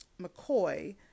McCoy